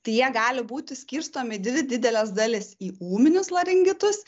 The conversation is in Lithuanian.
tai jie gali būti skirstomi į dvi dideles dalis į ūminius laringitus